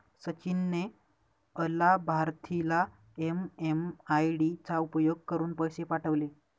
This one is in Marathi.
सचिन ने अलाभार्थीला एम.एम.आय.डी चा उपयोग करुन पैसे पाठवले